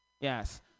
Yes